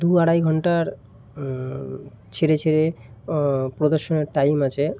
দু আড়াই ঘণ্টার ছেড়ে ছেড়ে প্রদর্শনের টাইম আছে